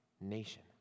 nation